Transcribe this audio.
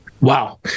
Wow